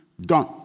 Done